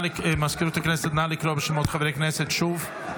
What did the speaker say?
מזכירות הכנסת, נא לקרוא בשמות חברי הכנסת שוב.